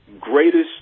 greatest